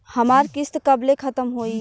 हमार किस्त कब ले खतम होई?